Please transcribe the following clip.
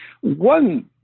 One